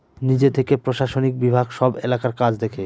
নিজে থেকে প্রশাসনিক বিভাগ সব এলাকার কাজ দেখে